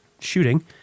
shooting